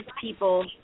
people